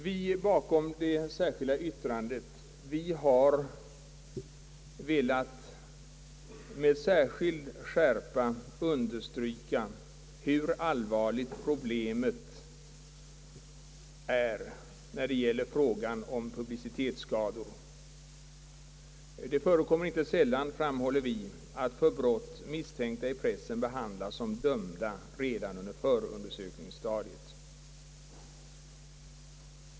Vi som står bakom det särskilda yttrandet har med skärpa velat understryka hur allvarligt frågan om publicitetsskador är. Det förekommer nu inte sällan, framhåller vi, att för brott misstänkta i pressen behandlas som dömda redan på förundersökningsstadiet.